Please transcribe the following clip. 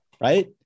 right